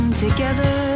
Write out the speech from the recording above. Together